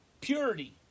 purity